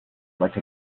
like